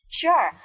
Sure